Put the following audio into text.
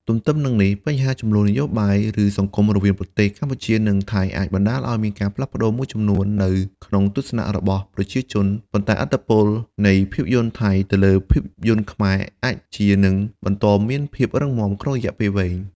ទន្ទឹមនឹងនេះបញ្ហាជម្លោះនយោបាយ ឬសង្គមរវាងប្រទេសកម្ពុជា និងថៃអាចបណ្តាលឲ្យមានការផ្លាស់ប្តូរមួយចំនួននៅក្នុងទស្សនៈរបស់ប្រជាជន ប៉ុន្តែឥទ្ធិពលនៃភាពយន្តថៃទៅលើភាពយន្តខ្មែរអាចជានឹង បន្តមានភាពរឹងមាំ ក្នុងរយៈពេលវែង។